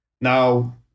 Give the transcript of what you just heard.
Now